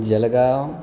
Jalgaon